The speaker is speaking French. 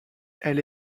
elle